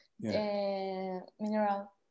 mineral